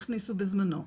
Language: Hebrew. הכניסו בזמנו.